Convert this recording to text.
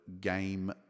game